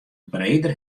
breder